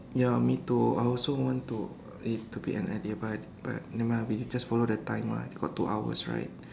ya me too I also want to it to be end earlier but but nevermind ah we just follow the time ah we got two hours right